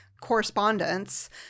correspondence